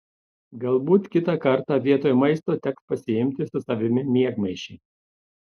galbūt kitą kartą vietoj maisto teks pasiimti su savimi miegmaišį